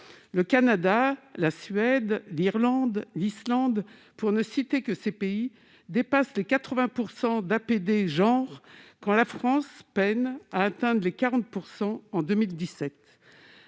Le Canada, la Suède, l'Irlande, l'Islande, pour ne citer que ces pays, dépassent les 80 % d'APD « genre », quand la France peine à atteindre les 40 % en 2017.